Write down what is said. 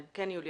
יוליה.